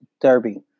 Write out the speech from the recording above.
Derby